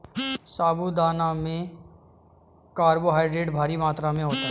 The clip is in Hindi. साबूदाना में कार्बोहायड्रेट भारी मात्रा में होता है